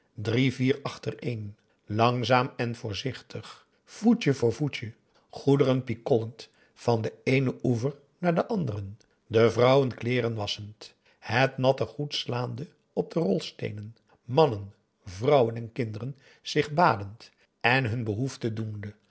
drie vier achtereen langzaam en voorzichtig voetje voor voetje goederen pikollend van den eenen oever naar den anderen de vrouwen kleeren wasschend het natte goed slaande op de rolsteenen mannen vrouwen en kinderen zich badend en hun behoefte doende